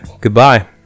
goodbye